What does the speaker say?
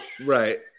Right